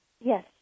Yes